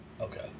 okay